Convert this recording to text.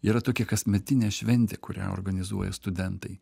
yra tokia kasmetinė šventė kurią organizuoja studentai